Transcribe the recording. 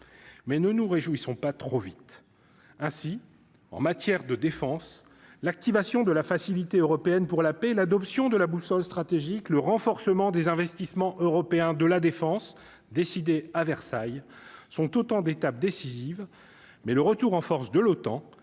mais ne nous réjouissons pas trop vite ainsi en matière de défense l'activation de la Facilité européenne pour la paix et l'adoption de la boussole stratégique, le renforcement des investissements européens de la Défense, décidé à Versailles sont autant d'étapes décisives mais le retour en force de l'OTAN